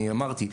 אני אמרתי,